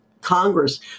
Congress